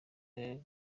ibibazo